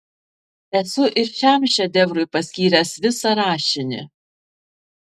esu ir šiam šedevrui paskyręs visą rašinį